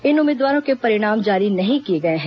इन उम्मीदवारों के परिणाम जारी नहीं किए गए हैं